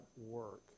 work